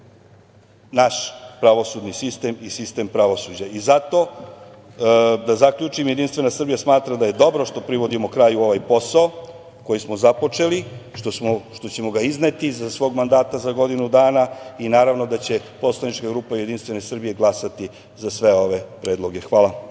naš pravosudni sistem i sistem pravosuđa. Zato, da zaključim JS smatra da je dobro što privodimo kraju ovaj posao koji smo započeli, što ćemo ga izneti za svog mandata za godinu dana i naravno da će poslanička grupa JS glasati za sve ove predloge. Hvala.